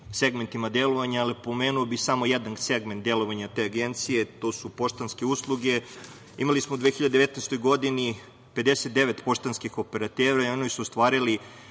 segmentima delovanja, ali pomenuo bih samo jedan segment delovanja te Agencije, to su poštanske usluge. Imali smo u 2019. godini, 59 poštanskih operatera i oni su ostvarili